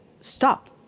stop